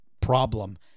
problem